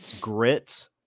Grit